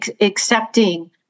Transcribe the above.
Accepting